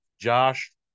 Josh